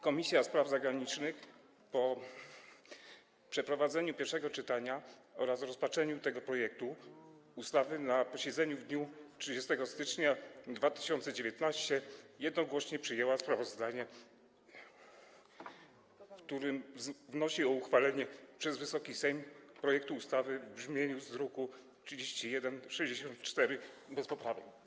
Komisja Spraw Zagranicznych po przeprowadzeniu pierwszego czytania oraz rozpatrzeniu tego projektu ustawy na posiedzeniu w dniu 30 stycznia 2019 r. jednogłośnie przyjęła sprawozdanie, w którym wnosi o uchwalenie przez Wysoki Sejm projektu ustawy w brzmieniu z druku nr 3164 bez poprawek.